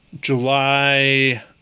July